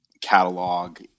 catalog